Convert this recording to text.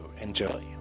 Enjoy